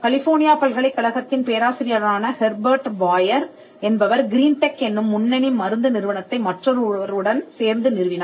California பல்கலைக்கழகத்தின் பேராசிரியரான Herbert Boyer என்பவர் கிரீன்டெக் எனும் முன்னணி மருந்து நிறுவனத்தை மற்றொருவர் உடன் சேர்ந்து நிறுவினார்